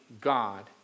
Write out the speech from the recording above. God